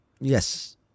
Yes